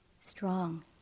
strong